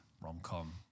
rom-com